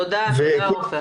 תודה רבה, עופר.